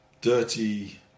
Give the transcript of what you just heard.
dirty